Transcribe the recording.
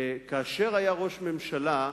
כאשר היה ראש ממשלה,